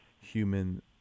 Human